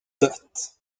dött